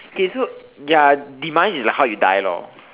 so okay ya so demise is like how you die lor